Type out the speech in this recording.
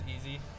easy